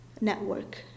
network